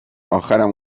اخرم